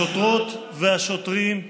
השוטרות והשוטרים,